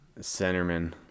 centerman